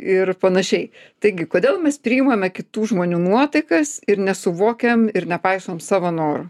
ir panašiai taigi kodėl mes priimame kitų žmonių nuotaikas ir nesuvokiam ir nepaisom savo norų